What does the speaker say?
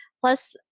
Plus